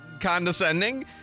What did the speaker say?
condescending